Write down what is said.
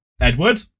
Edward